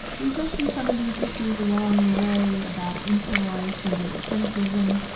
we've mentioned some of these issues along the way about internalized, singular-centrism.